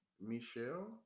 Michelle